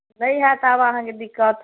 नहि हैत आब अहाँकेँ दिक्कत